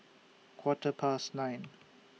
Quarter Past nine